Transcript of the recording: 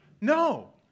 no